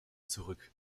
zurück